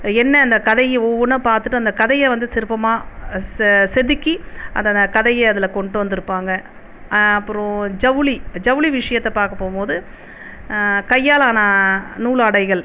என்ன அந்த கதை ஒவ்வொன்றா பார்த்துட்டு அந்த கதையை வந்து சிற்பமாக செ செதுக்கி அதோட கதையை அதில் கொண்டு வந்திருப்பாங்க அப்புறம் ஜவுளி ஜவுளி விஷயத்தை பார்க்க போகும்போது கையிலான நூலாடைகள்